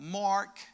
mark